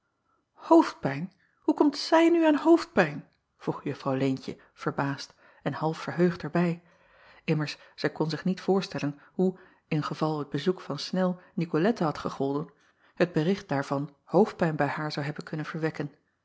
oofdpijn oe komt zij nu aan hoofdpijn vroeg uffrouw eentje verbaasd en half verheugd er bij immers zij kon zich niet voorstellen hoe in geval het bezoek van nel icolette had gegolden het bericht daarvan hoofdpijn bij haar zou hebben kunnen verwekken